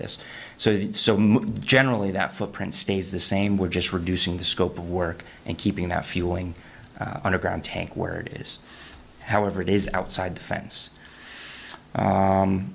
this so generally that footprint stays the same we're just reducing the scope of work and keeping that fueling underground tank word however it is outside the fence